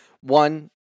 one